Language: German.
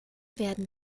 werden